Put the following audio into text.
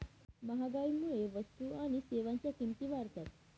महागाईमुळे वस्तू आणि सेवांच्या किमती वाढतात